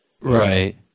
Right